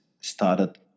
started